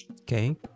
Okay